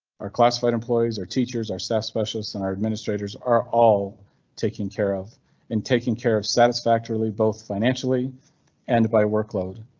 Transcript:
are classified employees or teachers are staff specialists in our administrators? are all taken care of and taking care of satisfactorily, both financially and by workload?